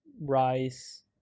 rice